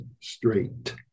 straight